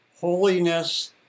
holiness